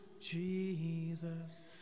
Jesus